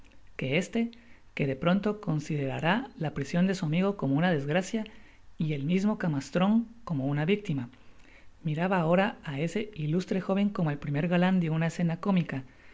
que éste que de pronto considerará la prision de su amigo como una desgracia y el mismo camastron como una victima miraba ahora á este ilustre joven como el primer galan de una escena cómica